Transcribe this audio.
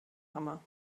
hammer